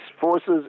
forces